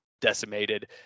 decimated